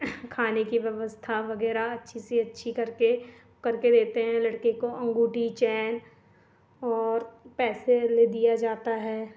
खाने की व्यवस्था वगैरह अच्छी से अच्छी करके करके देते हैं लड़के को अंगूठी चैन और पैसे दिया जाता है